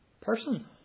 person